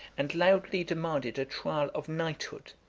and loudly demanded a trial of knighthood,